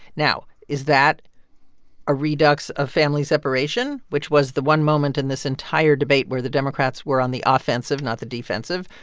now, is that a redux of family separation, which was the one moment in this entire debate where the democrats were on the offensive, not the defensive,